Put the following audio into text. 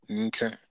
Okay